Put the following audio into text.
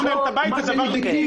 להם הבית אין בזה שום דבר לגיטימי.